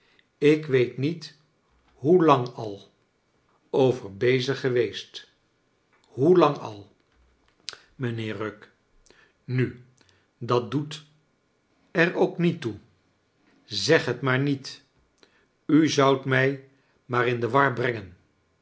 ik weet niet hoe lang al over bezig geweest hoe lang al charles dickens mijnheer rugg nu dat doet er ook niet toe zeg het maar niet u zoudt mij maar in de war brengen